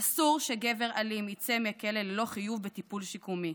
אסור שגבר אלים יצא מהכלא ללא חיוב בטיפול שיקומי.